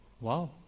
Wow